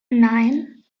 nine